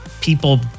people